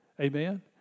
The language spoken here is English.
Amen